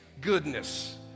goodness